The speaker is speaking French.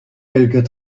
quelques